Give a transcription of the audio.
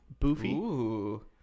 boofy